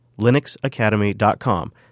linuxacademy.com